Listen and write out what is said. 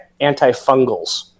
antifungals